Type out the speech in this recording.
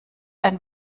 ein